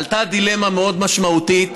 עלתה דילמה מאוד משמעותית,